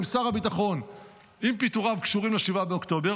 אם פיטוריו של שר הביטחון קשורים ל-7 באוקטובר,